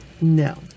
No